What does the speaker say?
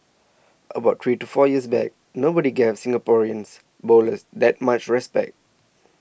about three to four years back nobody gave Singaporeans bowlers that much respect